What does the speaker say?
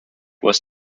was